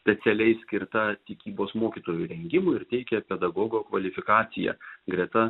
specialiai skirta tikybos mokytojų rengimui ir teikia pedagogo kvalifikaciją greta